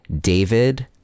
David